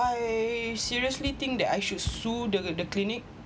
I seriously think that I should sue the clinic